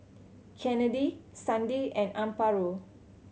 Kennedi Sandi and Amparo